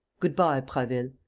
good-bye, prasville.